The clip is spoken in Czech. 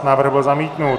Návrh byl zamítnut.